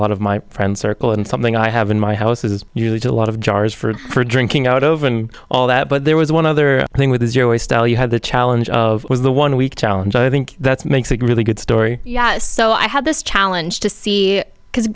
lot of my friends circle and something i have in my house is used a lot of jars for it for drinking out of and all that but there was one other thing with your always style you had the challenge of was the one week challenge i think that's makes it really good story yes so i had this challenge to see because